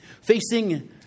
Facing